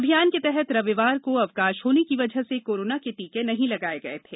अभियान के तहत रविवार को अवकाश होने की वजह से कोरोना के टीके नहीं लगाये गये थे